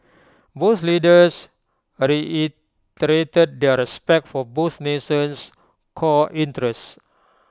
both leaders reiterated their respect for both nation's core interests